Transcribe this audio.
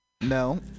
no